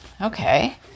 okay